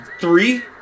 three